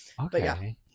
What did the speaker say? Okay